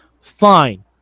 fine